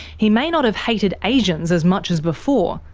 he may not have hated asians as much as before,